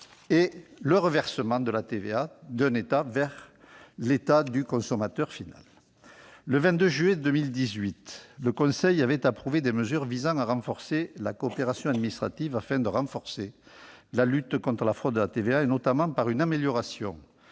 et le reversement de la TVA d'un État vers l'État du consommateur final. Le 22 juin 2018, le Conseil avait approuvé des mesures visant à accroître la coopération administrative, afin de renforcer la lutte contre la fraude à la TVA, notamment par une amélioration